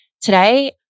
Today